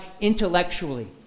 intellectually